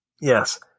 yes